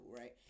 right